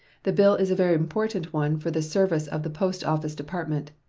the bill is a very important one for the service of the post-office department.